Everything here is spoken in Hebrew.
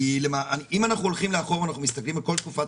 אם אנחנו הולכים לאחור ואנחנו מסתכלים על כל תקופת